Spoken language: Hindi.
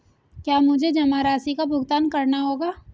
क्या मुझे जमा राशि का भुगतान करना होगा?